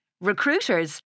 Recruiters